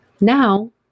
Now